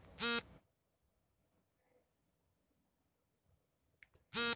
ನಮಗೆ ಕೃಷಿ ಮಿತ್ರ ಅವರಿಂದ ವಿಧಾನಗಳ ಬಗ್ಗೆ ಮಾಹಿತಿ ಸಿಗಬಹುದೇ?